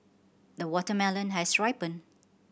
the watermelon has ripened